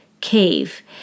cave